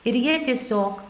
ir jie tiesiog